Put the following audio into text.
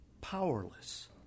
powerless